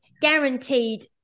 guaranteed